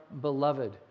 beloved